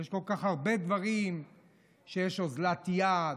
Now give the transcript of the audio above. יש כל כך הרבה דברים שיש אוזלת יד,